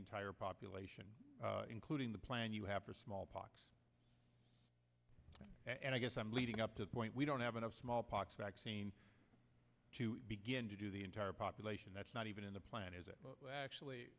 entire population including the plan you have for smallpox and i guess i'm leading up to the point we don't have enough smallpox vaccine to begin to do the entire population that's not even in the plan is it